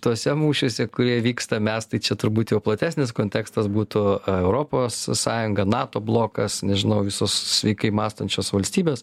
tuose mūšiuose kurie vyksta mes tai čia turbūt jau platesnis kontekstas būtų europos sąjunga nato blokas nežinau visos sveikai mąstančios valstybės